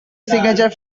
signature